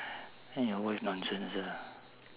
!hais! your wife nonsense ah